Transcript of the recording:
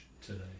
today